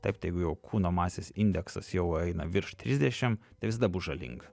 taip tai jeigu jau kūno masės indeksas jau eina virš trisdešim tai visada bus žalinga